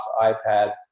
iPads